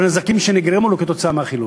על נזקים שנגרמו לו כתוצאה מהחילוט.